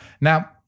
now